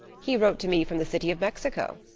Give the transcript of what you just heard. he wrote to me from the city of mexico.